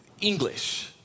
English